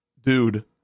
dude